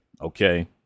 okay